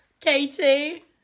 Katie